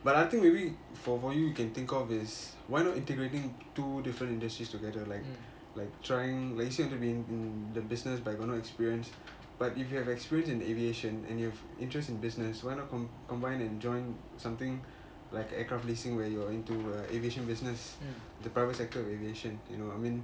but I think maybe for for you you can think of is why not integrating two different industries together like like trying like you seem to be in the business but got no experience but if you have experience in the aviation and you have interest in business why not combine and join something like aircraft leasing where you're into uh aviation business the private sector of aviation you know what I mean